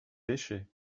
pêchait